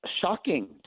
shocking